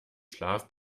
schlaf